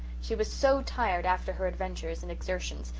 she was so tired, after her adventures and exertions,